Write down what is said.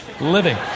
living